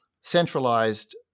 centralized